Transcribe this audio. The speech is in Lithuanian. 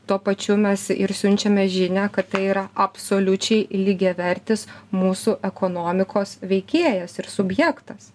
tuo pačiu mes ir siunčiame žinią kad tai yra absoliučiai lygiavertis mūsų ekonomikos veikėjas ir subjektas